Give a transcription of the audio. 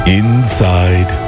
inside